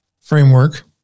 framework